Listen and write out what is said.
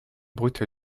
brut